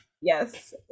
Yes